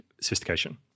sophistication